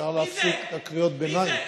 אפשר להפסיק את קריאות הביניים?